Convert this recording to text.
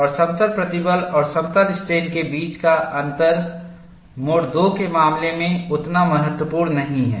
और समतल प्रतिबल और समतल स्ट्रेन के बीच का अंतर मोड II के मामले में उतना महत्वपूर्ण नहीं है